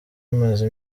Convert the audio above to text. imaze